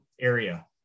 area